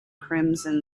crimson